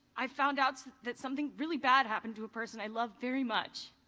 i found out that something really bad happened to a person i love very much.